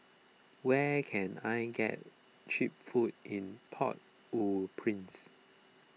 where can I get Cheap Food in Port Au Prince